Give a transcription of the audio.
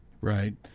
Right